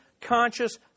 conscious